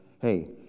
Hey